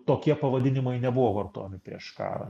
tokie pavadinimai nebuvo vartojami prieš karą